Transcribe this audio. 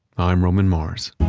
i'm roman mars